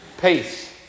peace